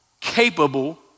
capable